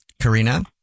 Karina